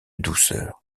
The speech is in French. douceur